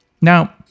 Now